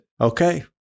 okay